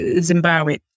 Zimbabwe